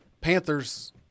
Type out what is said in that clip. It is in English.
Panthers